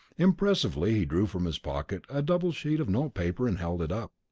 impressively he drew from his pocket a double sheet of notepaper and held it up.